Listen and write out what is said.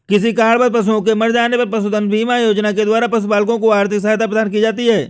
किसी कारणवश पशुओं के मर जाने पर पशुधन बीमा योजना के द्वारा पशुपालकों को आर्थिक सहायता प्रदान की जाती है